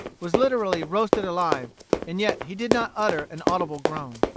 was literally roasted alive and yet he did not utter an audible groan.